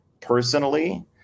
personally